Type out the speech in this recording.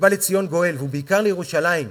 ובא לציון גואל, ובעיקר לירושלים ולתושביה,